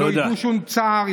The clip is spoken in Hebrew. שלא ידעו שום צער,